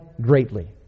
greatly